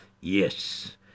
Yes